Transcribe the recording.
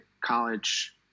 college